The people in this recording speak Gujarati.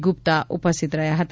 ગ્રુપ્તા ઉપસ્થિત રહ્યા હતા